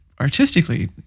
artistically